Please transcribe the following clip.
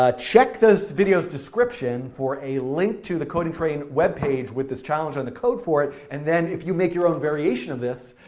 ah check this video's description for a link to the coding train web page with this challenger and the code for it, and then if you make your own variation of this,